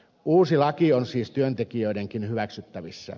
uusi laki on siis työntekijöidenkin hyväksyttävissä